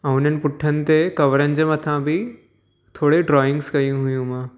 ऐं हुननि पुठनि ते कवरनि जे मथां बि थोरी ड्राईंग्स कई हुइयूं मां